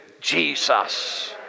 Jesus